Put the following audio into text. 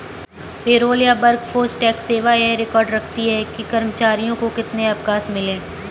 payroll या workforce tax सेवा यह रिकॉर्ड रखती है कि कर्मचारियों को कितने अवकाश मिले